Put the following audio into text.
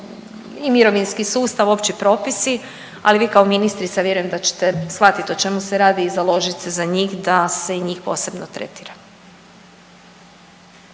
i mirovinski sustav opći propisi, ali vi kao ministrica vjerujem da ćete shvatit o čemu se radi i založit se za njih da se i njih posebno tretira.